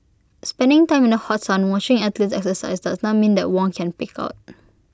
spending time in the hot sun watching athletes exercise does not mean that Wong can pig out